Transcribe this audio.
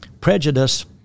prejudice